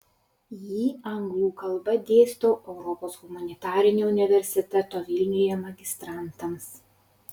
jį anglų kalba dėstau europos humanitarinio universiteto vilniuje magistrantams